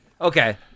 Okay